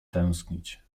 tęsknić